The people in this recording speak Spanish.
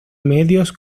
medios